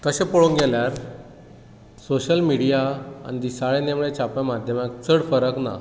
तशें पळोवंक गेल्यार सोशल मिडीया आनी दिसाळें नेमाळें छाप्य माध्यमांत चड फरक ना